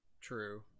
true